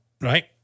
Right